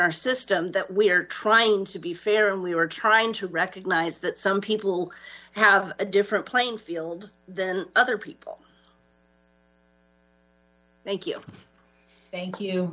our system that we're trying to be fair and we were trying to recognize that some people have a different playing field than other people thank you thank you